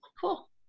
cool